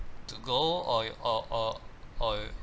to go or y~ or or or y~